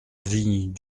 vigne